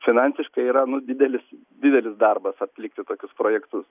finansiškai yra nu didelis didelis darbas atlikti tokius projektus